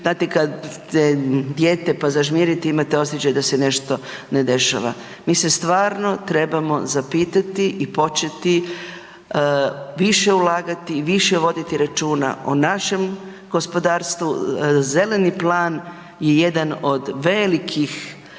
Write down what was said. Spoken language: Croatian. znate kad ste dijete, pa zažmirite, imate osjećaj da se nešto ne dešava, mi se stvarno trebamo zapitati i početi više ulagati i više voditi računa o našem gospodarstvu. Zeleni plan je jedan od velikih